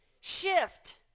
Shift